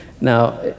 Now